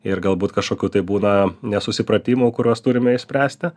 ir galbūt kažkokių tai būna nesusipratimų kuriuos turime išspręsti